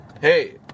Hey